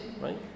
Right